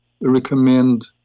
recommend